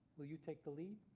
will you take the lead?